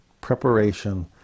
Preparation